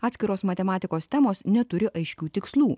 atskiros matematikos temos neturi aiškių tikslų